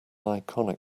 iconic